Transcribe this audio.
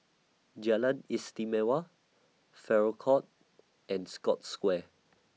Jalan Istimewa Farrer Court and Scotts Square